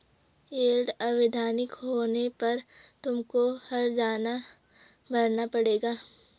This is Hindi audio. यील्ड अवैधानिक होने पर तुमको हरजाना भरना पड़ेगा